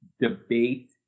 debate